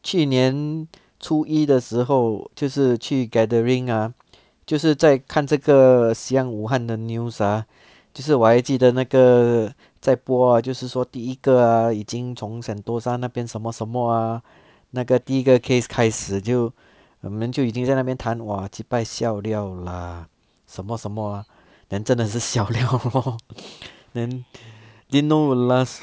去年初一的时候就是去 gathering ah 就是再看这个希望武汉的 news ah 只是我还记得那个在播就是说第一个 ah 已经从 sentosa 那边什么什么 ah 那个第一个 case 开始就我们就已经在那边谈 !wah! ji bai siao liao lah 什么什么 ah then 真的是 siao liao lor then didn't know will last